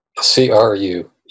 C-R-U